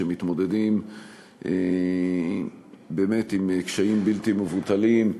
שמתמודדים באמת עם קשיים בלתי מבוטלים,